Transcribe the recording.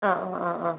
ആ ആ ആ ആ